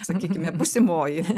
sakykime būsimoji